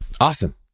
Awesome